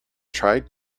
tried